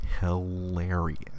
hilarious